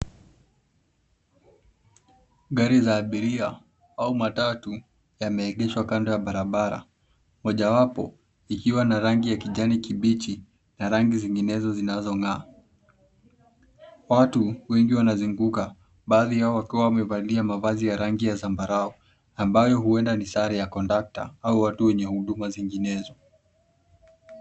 Gari la abiria au matatu yameegeshwa kando ya barabara. Mojawapo ikiwa na rangi ya kijani kibichi na rangi zinginezo zinazong'aa. Watu wengi wanazunguka, baadhi yao wakiwa wamevalia mavazi ya rangi ya zambarau ambayo huenda ni sare ya kondakta au watu wenye huduma zinginezo.